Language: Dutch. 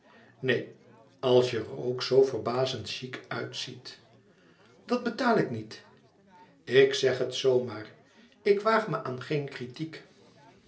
neen als je er ook zoo verbazend chic uitziet dat betaal ik niet k zeg het zoo maar ik waag me aan geen kritiek